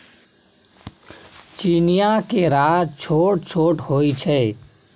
चीनीया केरा छोट छोट होइ छै